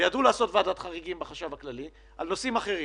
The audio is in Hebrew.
וידעו לעשות ועדת חריגים בחשב הכללי על נושאים אחרים